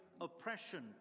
oppression